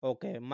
Okay